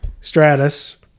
Stratus